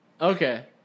Okay